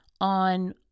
on